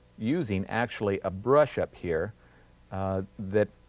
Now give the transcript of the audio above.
using actually a brush up here that